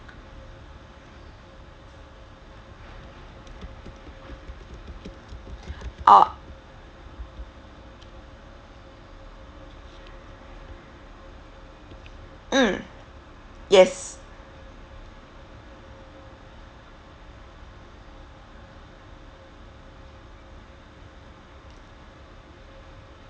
uh mm yes